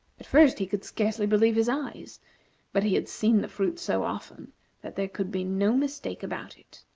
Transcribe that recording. at first he could scarcely believe his eyes but he had seen the fruit so often that there could be no mistake about it.